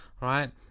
right